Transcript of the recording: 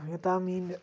یوٚتام میٲنۍ